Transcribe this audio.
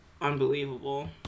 unbelievable